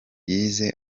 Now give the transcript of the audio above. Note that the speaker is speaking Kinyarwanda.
yize